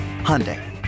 Hyundai